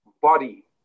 body